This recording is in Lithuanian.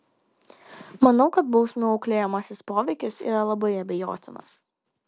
manau kad bausmių auklėjamasis poveikis yra labai abejotinas